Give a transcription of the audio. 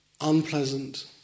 Unpleasant